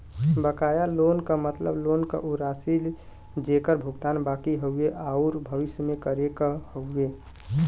बकाया लोन क मतलब लोन क उ राशि जेकर भुगतान बाकि हउवे आउर भविष्य में करे क हउवे